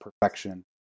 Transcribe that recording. perfection